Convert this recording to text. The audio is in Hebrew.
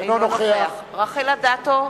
אינו נוכח רחל אדטו,